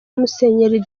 musenyeri